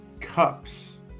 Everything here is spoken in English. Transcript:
cups